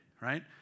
right